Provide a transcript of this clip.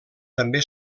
també